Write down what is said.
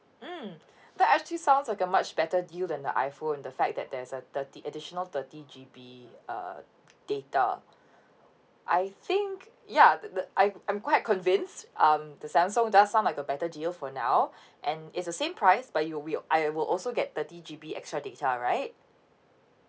mm that actually sounds like a much better deal than the iPhone the fact that there's a thirty additional thirty G_B uh data I think ya the the I I'm quite convinced um the Samsung does sound like a better deal for now and it's the same price but you will I will also get thirty G_B extra data right